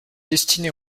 destinée